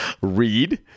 read